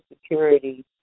Security